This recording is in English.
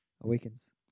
Awakens